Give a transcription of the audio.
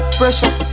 pressure